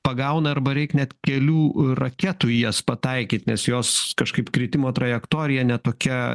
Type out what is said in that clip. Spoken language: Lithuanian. pagauna arba reik net kelių raketų į jas pataikyt nes jos kažkaip kritimo trajektorija ne tokia